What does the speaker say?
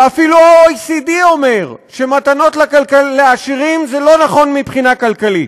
ואפילו ה-OECD אומר שמתנות לעשירים זה לא נכון מבחינה כלכלית.